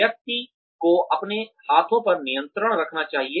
व्यक्ति को अपने हाथों पर नियंत्रण रखना चाहिए